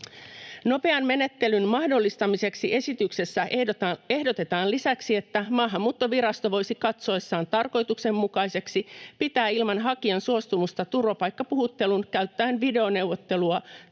Nopean menettelyn mahdollistamiseksi esityksessä ehdotetaan lisäksi, että Maahanmuuttovirasto voisi katsoessaan tarkoituksenmukaiseksi pitää ilman hakijan suostumusta turvapaikkapuhuttelun käyttäen videoneuvottelua tai muuta